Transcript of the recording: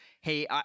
hey